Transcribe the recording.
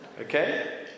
Okay